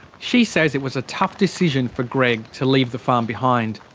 she says it was a tough decision for greg to leave the farm behind.